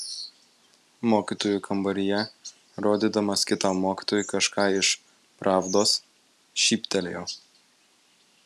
mokytojų kambaryje rodydamas kitam mokytojui kažką iš pravdos šyptelėjo